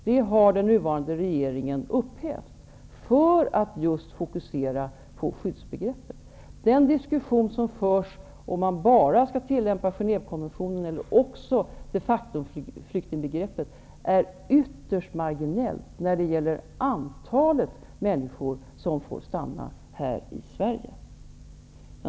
Denna praxis har den nuvarande regeringen upphävt, för att just fokusera på skyddsbegreppet. Den diskussion som förs om att bara tillämpa Genèvekonventionen eller också de factoflyktingbegreppet är ytterst marginell när det gäller antalet människor som får stanna här i Sverige.